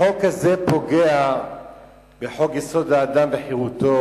החוק הזה פוגע בחוק-יסוד: כבוד האדם וחירותו,